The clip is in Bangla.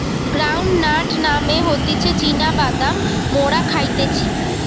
গ্রাউন্ড নাট মানে হতিছে চীনা বাদাম মোরা খাইতেছি